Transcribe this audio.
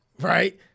right